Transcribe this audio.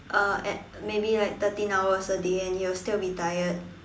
uh at maybe like thirteen hours a day and he'll still be tired